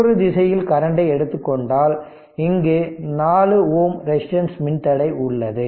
மற்றொரு திசையில் கரண்டை எடுத்துக்கொண்டால் இங்கு 4 Ω ரெசிஸ்டன்ஸ் மின்தடை உள்ளது